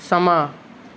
समां